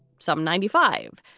some ninety five.